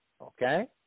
okay